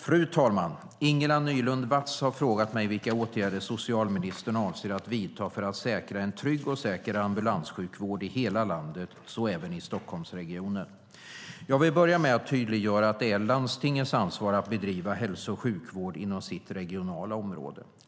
Fru talman! Ingela Nylund Watz har frågat mig vilka åtgärder jag avser att vidta för att säkra en trygg och säker ambulanssjukvård i hela landet - så även i Stockholmsregionen. Jag vill börja med att tydliggöra att det är landstingens ansvar att bedriva hälso och sjukvård inom sitt regionala område.